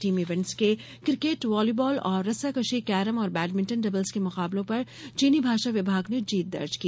team events के cricket volleyball और रस्साकशी कैरम और बैडमिंटन डबल्स के मुकाबलों पर चीनी भाषा विभाग ने जीत दर्ज की